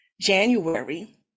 January